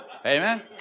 Amen